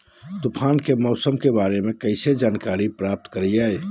तूफान के मौसम के बारे में कैसे जानकारी प्राप्त करें?